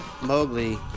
Mowgli